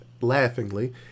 Laughingly